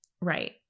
Right